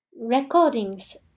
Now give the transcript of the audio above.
recordings